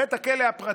בית הכלא הפרטי,